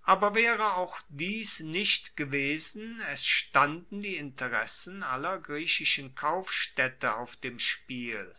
aber waere auch dies nicht gewesen es standen die interessen aller griechischen kaufstaedte auf dem spiel